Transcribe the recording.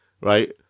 right